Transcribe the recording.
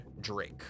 drake